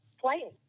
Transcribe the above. playing